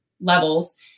levels